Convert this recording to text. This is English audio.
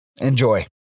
Enjoy